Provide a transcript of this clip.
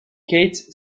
kate